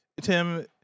Tim